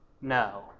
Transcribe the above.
no